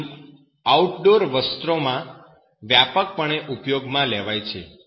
આ film outdoor વસ્ત્રોમાં વ્યાપકપણે ઉપયોગમાં લેવાય છે